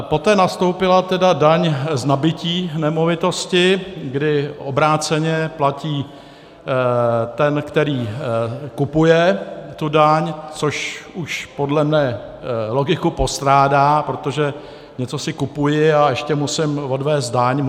Poté nastoupila tedy daň z nabytí nemovitosti, kdy obráceně platí ten, který kupuje, tu daň, což už podle mě logiku postrádá, protože něco si kupuji, a ještě musím odvést daň.